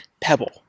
Pebble